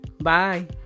Bye